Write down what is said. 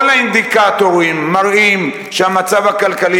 כל האינדיקטורים מראים שהמצב הכלכלי